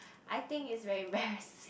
I think is very embarrassing